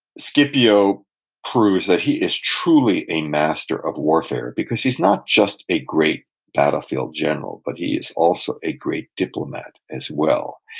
scipio proves that he is truly a master of warfare, because he's not just a great battlefield general, but he is also a great diplomat as well,